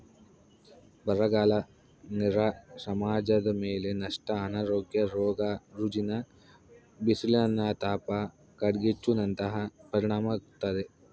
ಬರಗಾಲ ನೇರ ಸಮಾಜದಮೇಲೆ ನಷ್ಟ ಅನಾರೋಗ್ಯ ರೋಗ ರುಜಿನ ಬಿಸಿಲಿನತಾಪ ಕಾಡ್ಗಿಚ್ಚು ನಂತಹ ಪರಿಣಾಮಾಗ್ತತೆ